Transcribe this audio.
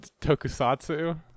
Tokusatsu